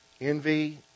Envy